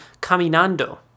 Caminando